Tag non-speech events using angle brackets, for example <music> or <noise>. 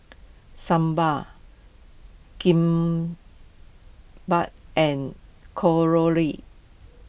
Sambar Kimbap and <unintelligible>